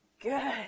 good